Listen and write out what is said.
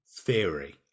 theory